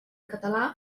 català